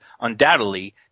undoubtedly